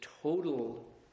total